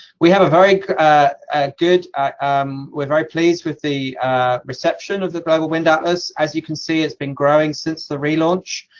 we have a very good um we're very pleased with the reception of the global wind atlas. as you can see, it's been growing since the relaunch.